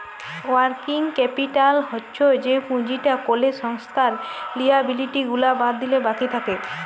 working capital হচ্ছ যে পুঁজিটা কোলো সংস্থার লিয়াবিলিটি গুলা বাদ দিলে বাকি থাক্যে